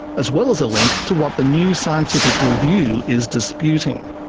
as well as a link to what the new scientific review is disputing.